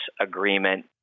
agreement